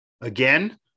again